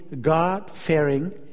God-fearing